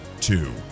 Two